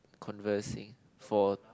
conversing for